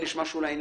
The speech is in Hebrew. אל תברחו מאחריות.